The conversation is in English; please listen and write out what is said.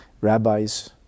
rabbis